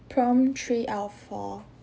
prompt three out of four